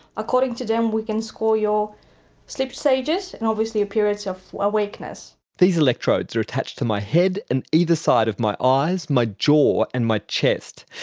according to them we can score your sleep stages and obviously periods of awakeness. these electrodes are attached to my head and either side of my eyes, my jaw and my chest.